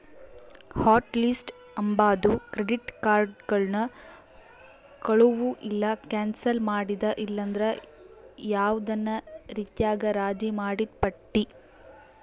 hot list ಅಂಬಾದು credit ಕಾರ್ಡುಗುಳ್ನ ಕಳುವು ಇಲ್ಲ ಕ್ಯಾನ್ಸಲ್ ಮಾಡಿದ ಇಲ್ಲಂದ್ರ ಯಾವ್ದನ ರೀತ್ಯಾಗ ರಾಜಿ ಮಾಡಿದ್ ಪಟ್ಟಿ